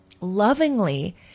lovingly